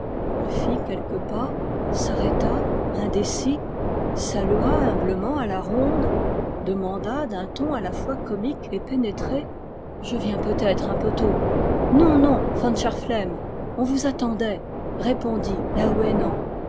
il fit quelques pas s'arrêta indécis salua humblement à la ronde demanda d'un ton à la fois comique et pénétré je viens peut-être un peu tôt non non fanch ar flem on vous attendait répondit laouénan